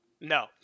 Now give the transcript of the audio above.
No